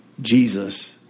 Jesus